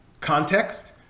Context